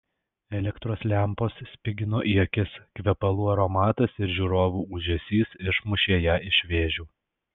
elektros lempos spigino į akis kvepalų aromatas ir žiūrovų ūžesys išmušė ją iš vėžių